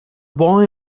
boy